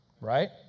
Right